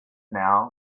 now